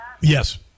Yes